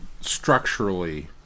structurally